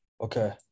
Okay